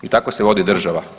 I tako se vodi država.